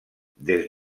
des